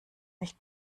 nicht